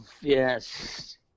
Yes